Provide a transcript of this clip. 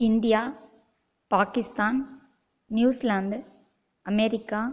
India Pakistan New Zealand America